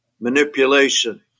manipulation